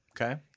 Okay